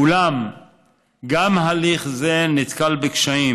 אולם גם הליך זה נתקל בקשיים,